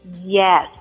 Yes